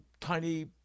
tiny